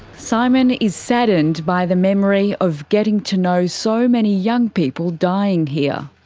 simon is saddened by the memory of getting to know so many young people dying here.